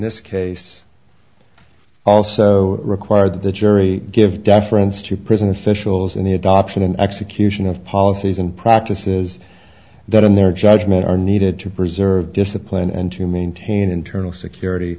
this case also require that the jury give deference to prison officials in the adoption and execution of policies and practices that in their judgment are needed to preserve discipline and to maintain internal security